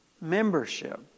membership